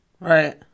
right